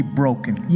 broken